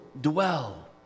dwell